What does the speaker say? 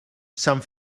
sant